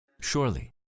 Surely